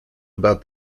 about